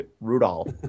Rudolph